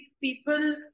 people